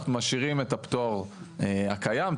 אנחנו משאירים את הפטור הקיים,